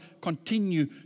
continue